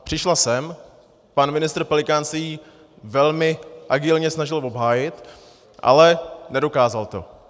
Přišla sem, pan ministr Pelikán se ji velmi agilně snažil obhájit, ale nedokázal to.